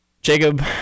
Jacob